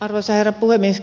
arvoisa herra puhemies